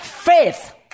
faith